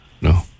No